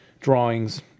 drawings